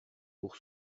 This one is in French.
pour